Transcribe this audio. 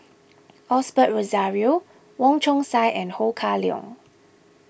Osbert Rozario Wong Chong Sai and Ho Kah Leong